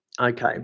Okay